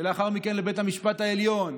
ולאחר מכן לבית המשפט העליון.